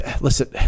listen